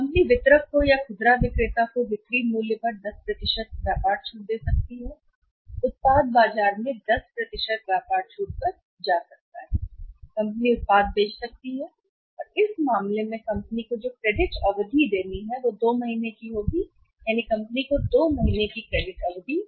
company वितरक को या खुदरा विक्रेता को बिक्री मूल्य पर 10 व्यापार छूट दे सकती है उत्पाद बाजार में जा सकता है यह 10 व्यापार छूट पर है कंपनी उत्पाद बेच सकती है और इस मामले में कंपनी को जो क्रेडिट अवधि देनी है क्रेडिट अवधि 2 होगी महीने की कंपनी को 2 महीने की क्रेडिट अवधि देनी होती है